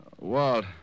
Walt